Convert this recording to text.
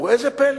וראה זה פלא,